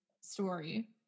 story